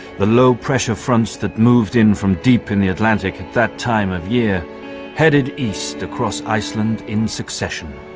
the low-pressure fronts that moved in from deep in the atlantic at that time of year headed east across iceland in succession,